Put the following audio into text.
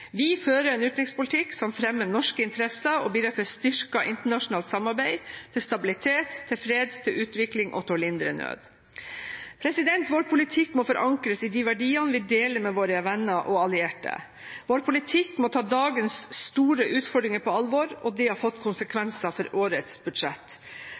Vi fører en utenrikspolitikk som fremmer norske interesser og bidrar til styrket internasjonalt samarbeid, til stabilitet, til fred, til utvikling og til å lindre nød. Vår politikk må forankres i de verdiene vi deler med våre venner og allierte. Vår politikk må ta dagens store utfordringer på alvor – og det har fått konsekvenser for årets budsjett.